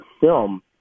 film